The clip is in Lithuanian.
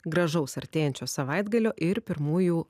gražaus artėjančio savaitgalio ir pirmųjų